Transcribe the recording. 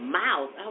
mouth